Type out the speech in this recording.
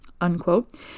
unquote